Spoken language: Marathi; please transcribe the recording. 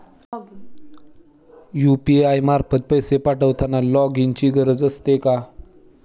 यु.पी.आय मार्फत पैसे पाठवताना लॉगइनची गरज असते का?